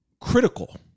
critical